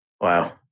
Wow